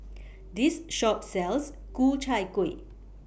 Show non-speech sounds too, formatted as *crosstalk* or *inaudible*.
*noise* This Shop sells Ku Chai Kueh